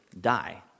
die